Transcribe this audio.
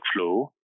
workflow